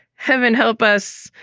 heaven help us,